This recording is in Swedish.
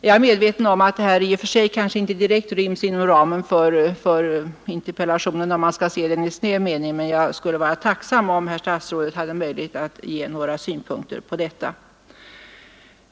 Jag är medveten om att detta kanske i och för sig inte direkt ryms inom ramen för interpellationen, om man skall se den i snäv mening. Men jag skulle vara tacksam om herr statsrådet hade möjlighet att ge några synpunkter på detta.